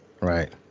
Right